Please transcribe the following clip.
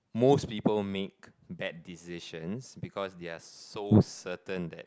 most people make bad decisions because they are so certain that